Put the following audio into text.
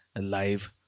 live